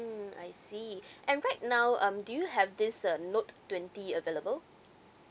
~(mm) I see and right now um do you have this uh note twenty available